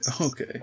Okay